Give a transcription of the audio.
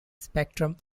spectrum